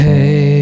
Hey